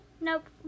Nope